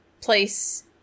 place